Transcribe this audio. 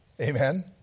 amen